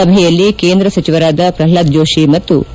ಸಭೆಯಲ್ಲಿ ಕೇಂದ್ರ ಸಚಿವರಾದ ಪ್ರಲ್ನಾದ ಜೋಷಿ ಮತ್ತು ಡಿ